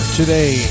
today